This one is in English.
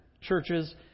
churches